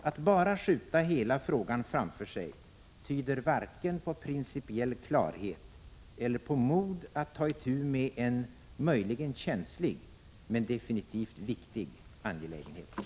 Att bara skjuta hela frågan framför sig tyder varken på principiell klarhet eller på mod att ta itu med en möjligen känslig, men definitivt viktig angelägenhet.